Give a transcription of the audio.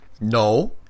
No